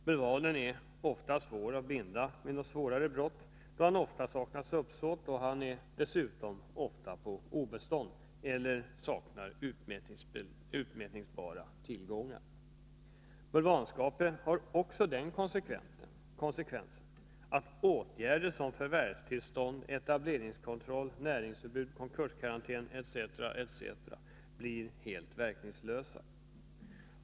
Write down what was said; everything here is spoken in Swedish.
Bulvanen är ofta svår att binda vid grova brott, då han ofta saknar uppsåt. Dessutom är han många gånger på obestånd eller saknar utmätningsbara tillgångar. Bulvanskapet har även den konsekvensen att åtgärder såsom förvärvstillstånd, etableringskontroll, näringsförbud, konkurskarantän etc. blir helt verkningslösa.